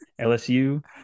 lsu